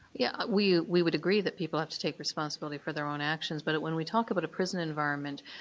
yeah we we would agree that people have to take responsibility for their own actions, but when we talk about a prison environment,